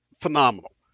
phenomenal